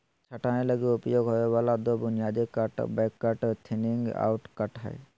छंटाई लगी उपयोग होबे वाला दो बुनियादी cut back cut, thinning out cut हइ